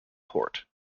court